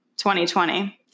2020